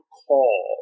call